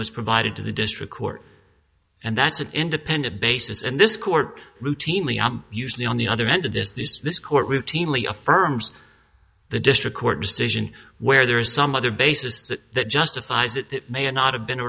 was provided to the district court and that's an independent basis and this court routinely i'm usually on the other end of this this this court routinely affirms the district court decision where there is some other basis that that justifies it it may not have been